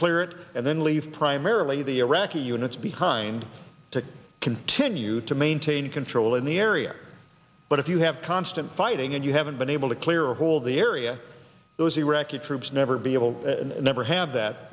clear it and then leave primarily the iraqi units behind to continue to maintain control in the area but if you have constant fighting and you haven't been able to clear a whole the area those iraqi troops never be able to never have that